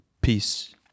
Peace